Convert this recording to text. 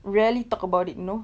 rarely talk about it you know